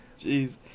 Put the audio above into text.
Jeez